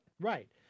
Right